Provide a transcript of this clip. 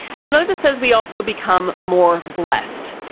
spinoza says we also become more blessed.